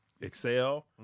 Excel